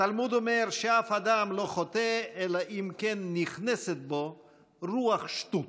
התלמוד אומר שאף אדם לא חוטא אלא אם כן נכנסת בו רוח שטות.